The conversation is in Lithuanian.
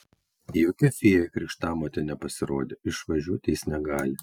jokia fėja krikštamotė nepasirodė išvažiuoti jis negali